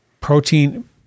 protein